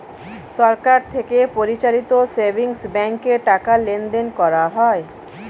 সরকার থেকে পরিচালিত সেভিংস ব্যাঙ্কে টাকা লেনদেন করা হয়